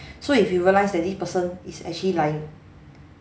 so if you realise that this person is actually lying